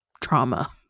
trauma